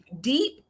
deep